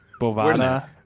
Bovana